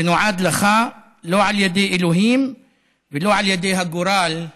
שנועד לך, לא על ידי אלוהים ולא על ידי הגורל,